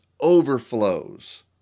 overflows